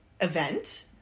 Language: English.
event